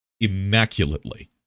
immaculately